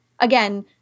again